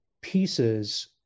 pieces